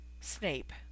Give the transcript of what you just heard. SNAPE